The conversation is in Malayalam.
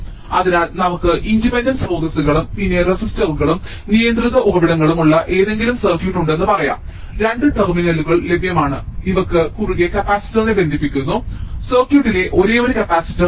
അതിനാൽ നമുക്ക് ഇൻഡിപെൻഡന്റ് സ്രോതസ്സുകളും പിന്നെ റെസിസ്റ്ററുകളും നിയന്ത്രിത ഉറവിടങ്ങളും ഉള്ള ഏതെങ്കിലും സർക്യൂട്ട് ഉണ്ടെന്ന് പറയാം ഞങ്ങൾക്ക് രണ്ട് ടെർമിനലുകൾ ലഭ്യമാണ് ഇവക്ക് കുറുകെ കപ്പാസിറ്ററിനെ ബന്ധിപ്പിക്കുന്നു സർക്യൂട്ടിലെ ഒരേയൊരു കപ്പാസിറ്റർ ഇതാണ്